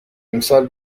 امسال